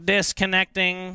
Disconnecting